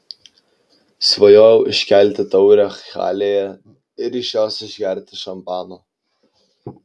svajojau iškelti taurę halėje ir iš jos išgerti šampano